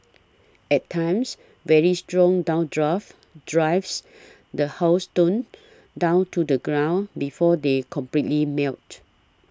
at times very strong downdrafts drives the hailstones down to the ground before they completely melt